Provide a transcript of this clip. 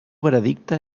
veredicte